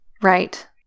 Right